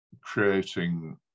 creating